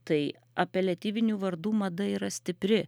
tai apeliatyvinių vardų mada yra stipri